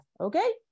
okay